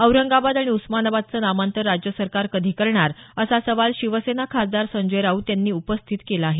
औरंगाबाद आणि उस्मानाबादचं नामांतर राज्य सरकार कधी करणार असा सवाल शिवसेना खासदार संजय राऊत यांनी उपस्थित केला आहे